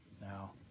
Now